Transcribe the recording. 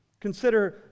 Consider